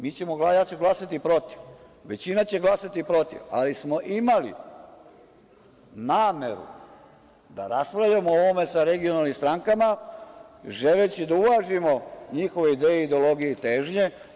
Mi ćemo glasati, ja ću glasati protiv, većina će glasati protiv, ali smo imali nameru da raspravljamo o ovome sa regionalnim strankama, želeći da uvažimo njihove ideje, ideologije i težnje.